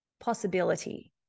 possibility